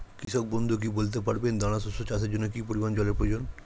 কৃষক বন্ধু কি বলতে পারবেন দানা শস্য চাষের জন্য কি পরিমান জলের প্রয়োজন?